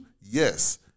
Yes